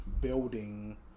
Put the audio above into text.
building